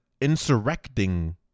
insurrecting